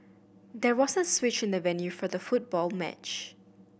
there was a switch in the venue for the football match